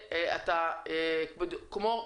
אם אתם רוצים שזה באמת ייפתר,